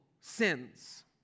sins